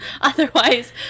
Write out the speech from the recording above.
Otherwise